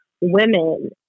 women